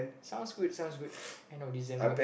sounds good sounds good end of December